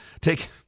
take